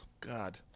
God